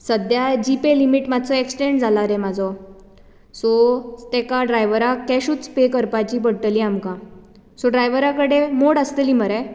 सद्या GPay limit मातसो एक्सटेंट जाला रे म्हाजो सो तेका ड्रायवराक कॅशूच पेय करपाची पडटली आमकां सो ड्रायव्हरा कडेन मोड आसतली मरे